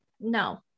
No